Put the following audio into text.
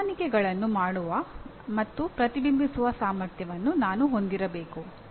ಹೊಂದಾಣಿಕೆಗಳನ್ನು ಮಾಡುವ ಮತ್ತು ಪ್ರತಿಬಿಂಬಿಸುವ ಸಾಮರ್ಥ್ಯವನ್ನು ನಾನು ಹೊಂದಿರಬೇಕು